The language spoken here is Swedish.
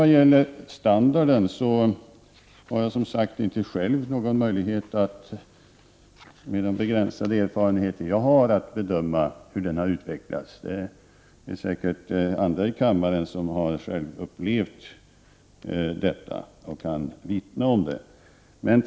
Med mina begränsade erfarenheter har jag själv inte någon möjlighet att bedöma hur standarden har utvecklats — det finns säkert andra här i kammaren som har erfarenhet och kan vittna om standarden.